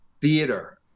theater